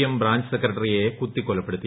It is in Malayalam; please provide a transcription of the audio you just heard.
എം ബ്രാഞ്ച് സെക്രട്ടറിയെ കുത്തിക്കൊലപ്പെടുത്തി